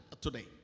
today